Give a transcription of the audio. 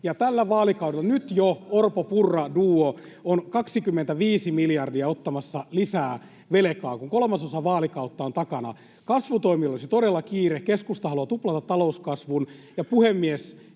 tällä vaalikaudella, nyt jo, Orpo—Purra-duo on ottamassa lisää velkaa 25 miljardia, kun kolmasosa vaalikautta on takana. Kasvutoimilla olisi todella kiire, ja keskusta haluaa tuplata talouskasvun. Puhemies,